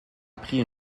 pris